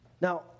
Now